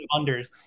unders